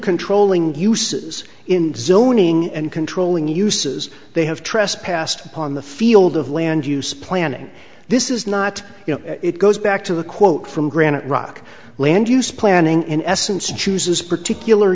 controlling uses in zoning and controlling uses they have trespassed upon the field of land use planning this is not you know it goes back to the quote from granite rock land use planning in essence chooses a particular